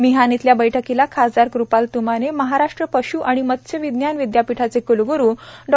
मिहान येथील बैठकीला खासदार कृपाल तुमाने महाराष्ट्र पश् व मत्स्य विज्ञान विद्यापीठाचे क्लग्रु डॉ